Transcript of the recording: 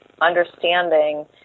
understanding